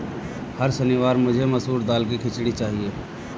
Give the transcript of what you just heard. हर शनिवार मुझे मसूर दाल की खिचड़ी चाहिए